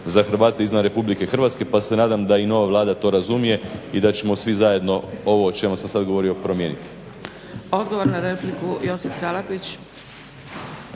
za Hrvate izvan RH pa se nadam da i nova Vlada to razumije i da ćemo svi zajedno ovo o čemu sam sad govorio promijeniti. **Zgrebec, Dragica (SDP)** Odgovor na repliku Josip Salapić.